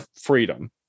freedom